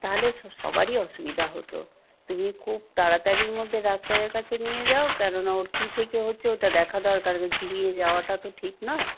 তাহলে সবারই অসুবিধা হত তুমি খুব তাড়াতাড়ির মধ্যে ডাক্তারের কাছে নিয়ে যাও কেননা ওর কী থেকে হচ্ছে ওটা দেখা দরকার ঝিমিয়ে যাওয়াটা তো ঠিক নয়